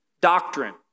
doctrine